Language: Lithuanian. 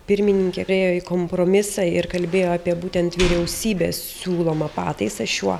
pirmininkė priėjo į kompromisą ir kalbėjo apie būtent vyriausybės siūlomą pataisą šiuo